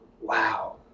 wow